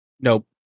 Nope